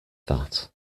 that